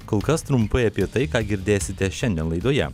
kol kas trumpai apie tai ką girdėsite šiandien laidoje